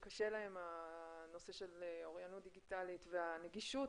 - הנושא של אוריינות דיגיטלית והנגישות